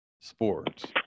sports